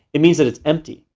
it means that it's empty,